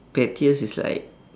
pettiest is like